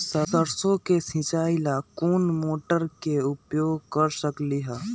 सरसों के सिचाई ला कोंन मोटर के उपयोग कर सकली ह?